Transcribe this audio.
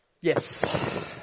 Yes